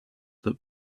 that